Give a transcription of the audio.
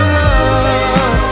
love